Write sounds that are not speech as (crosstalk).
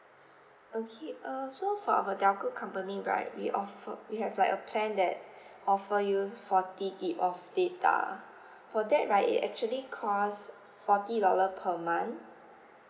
okay uh so for our telco company right we offer we have like a plan that (breath) offer you forty G_B of data (breath) for that right it actually cost forty dollar per month